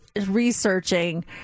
researching